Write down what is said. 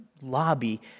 lobby